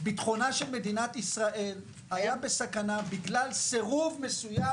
ביטחונה של מדינת ישראל היה בסכנה בגלל סירוב מסוים